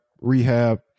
Rehab